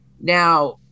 Now